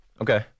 Okay